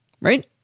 Right